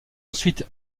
ensuite